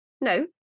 no